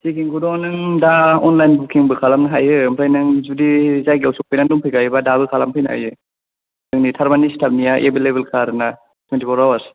check in खौथ' नों दा अनलाइन बुकिंबो खालामनो हायो ओमफ्राय नों जुदि जायगायाव सफैनानै दंफैखायोबा दाबो खालामफैनो हायो जोंनि थार्मानि स्टाफनिया एभेलेबेल खा आरोना टुइन्टि फर हावार्स